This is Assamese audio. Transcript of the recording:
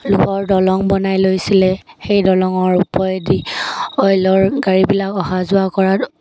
লোহৰ দলং বনাই লৈছিলে সেই দলঙৰ ওপৰেদি অইলৰ গাড়ীবিলাক অহা যোৱা কৰা